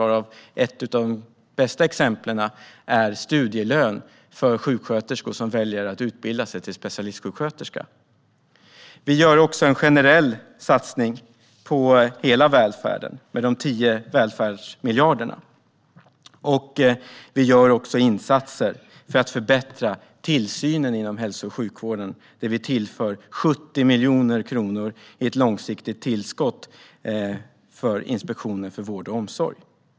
Ett av de bästa exemplen är studielön för sjuksköterskor som väljer att utbilda sig till specialistsjuksköterska. Vi gör också en generell satsning på hela välfärden med de 10 välfärdsmiljarderna. Vi gör insatser för att förbättra tillsynen inom hälso och sjukvården, där vi tillför 70 miljoner kronor i ett långsiktigt tillskott till Inspektionen för vård och omsorg.